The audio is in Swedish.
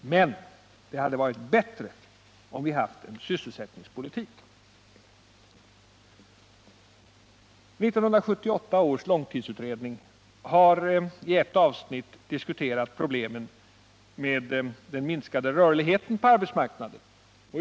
Men det hade varit bättre om vi hade haft en sysselsättningspolitik. 1978 års långtidsutredning har i ett avsnitt diskuterat problemen med den minskade rörligheten på arbetsmarknaden.